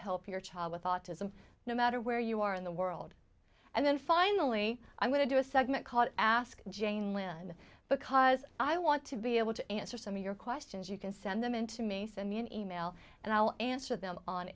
help your child with autism no matter where you are in the world and then finally i'm going to do a segment called ask jane land because i want to be able to answer some of your questions you can send them in to me send me an e mail and i'll answer them on